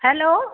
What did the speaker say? hello